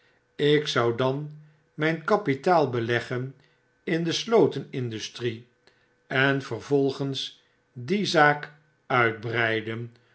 ik zou dan mijn kapitaal beleggen in de slotenindustrie en vervolgens die zaak uitbreiden